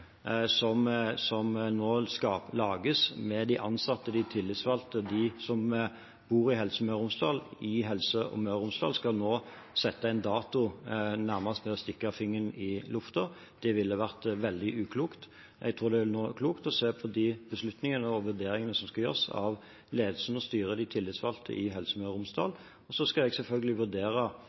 som nå lages med de ansatte, de tillitsvalgte, de som bor i helseregionen Møre og Romsdal – skulle sette en dato nå, nærmest ved å stikke fingeren i luften. Det ville vært veldig uklokt. Nå tror jeg det er klokt å se på de beslutningene og vurderingene som skal gjøres av ledelsen, styret og de tillitsvalgte i Helse Møre og Romsdal. Så skal jeg selvfølgelig vurdere